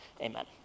Amen